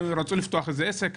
רצו לפתוח עסק,